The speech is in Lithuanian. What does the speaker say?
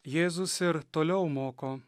jėzus ir toliau moko